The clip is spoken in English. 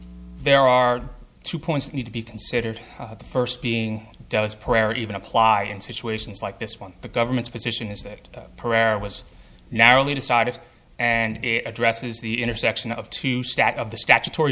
there are two points that need to be considered the first being does prayer even apply in situations like this one the government's position is that prayer was narrowly decided and it addresses the intersection of two step of the statutory